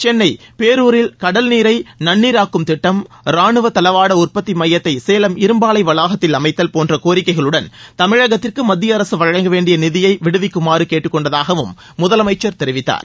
சென்னை பேரூரில் கடல்நீரை நன்னீராக்கும் திட்டம் ராணுவ தளவாட உற்பத்தி மையத்தை சேலம் இரும்பாலை வளாகத்தில் அமைத்தல் போன்ற கோரிக்கைகளுடன் தமிழகத்திற்கு மத்திய அரசு வழங்க வேண்டிய நிதியை விடுவிக்குமாறு கேட்டுக் கொண்டதாகவும் முதலமைச்சர் தெரிவித்தார்